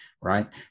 right